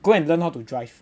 go and learn how to drive